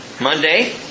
Monday